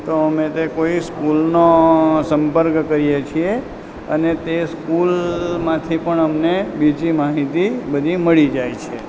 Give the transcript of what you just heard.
તો અમે તે કોઈ સ્કૂલનો સંપર્ક કરીએ છીએ અને તે સ્કૂલમાંથી પણ અમને બીજી માહિતી બધી મળી જાય છે